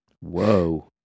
Whoa